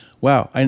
wow